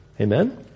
Amen